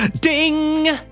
ding